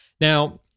Now